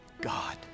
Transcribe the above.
God